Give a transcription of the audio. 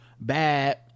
bad